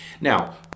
Now